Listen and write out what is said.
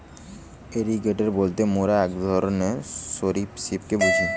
alligator বলতে মোরা এক ধরণকার সরীসৃপকে বুঝি